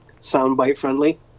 soundbite-friendly